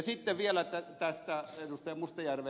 sitten vielä ed